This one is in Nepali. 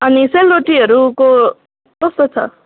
अनि सेलरोटीहरूको कस्तो छ